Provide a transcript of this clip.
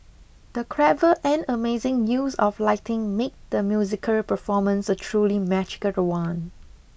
the clever and amazing use of lighting made the musical performance a truly magical one